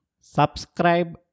Subscribe